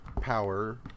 power